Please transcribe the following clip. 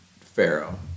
Pharaoh